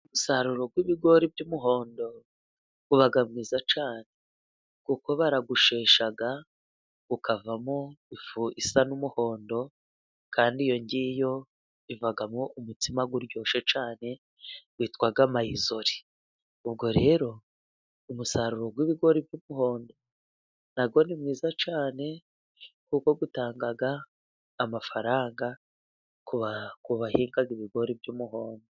Umusaruro w'ibigori by'umuhondo uba mwiza cyane kuko barawushesha ukavamo ifu isa n'umuhondo, kandi iyo ngiyo ivamo umutsima uryoshye cyane witwa mayizori. Ubwo rero umusaruro w'ibigori by'umuhondo nawo ni mwiza cyane kuko utanga amafaranga kubahingaga ibigori by'umuhondo.